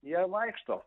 jie vaikšto